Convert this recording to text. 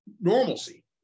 normalcy